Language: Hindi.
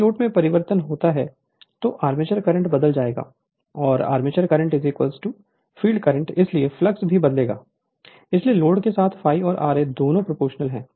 यदि लोड में परिवर्तन होता है तो आर्मेचर करेंट बदल जाएगा और आर्मेचर करंट फील्ड करंट इसलिए फ्लक्स भी बदलेगा इसलिए लोड के साथ ∅ और Ia दोनों प्रोपोर्शनल है